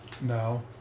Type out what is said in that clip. No